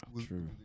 True